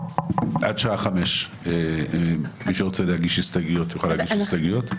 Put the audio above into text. עד שעה 17:00 מי שירצה להגיש הסתייגויות יוכל להגיש הסתייגויות.